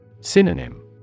Synonym